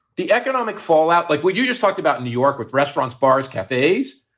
the economic fallout like what you just talked about in new york with restaurants, bars, cafes.